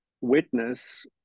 witness